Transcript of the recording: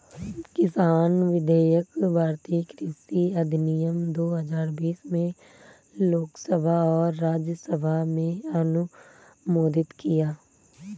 किसान विधेयक भारतीय कृषि अधिनियम दो हजार बीस में लोकसभा और राज्यसभा में अनुमोदित किया